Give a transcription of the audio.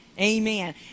Amen